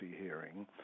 hearing